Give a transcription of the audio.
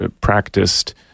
practiced